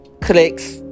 clicks